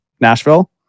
Nashville